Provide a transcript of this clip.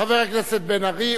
חבר הכנסת בן-ארי,